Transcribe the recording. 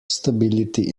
stability